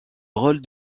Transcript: rôle